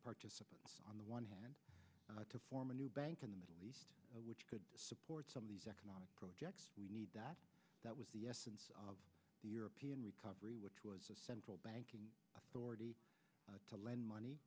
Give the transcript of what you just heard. participants on the one hand to form a new bank in the middle east which could support some of these economic projects we need that that was the essence of the european recovery which was the central banking authority to lend